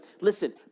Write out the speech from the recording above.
listen